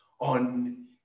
on